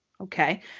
Okay